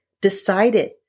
decided